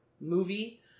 movie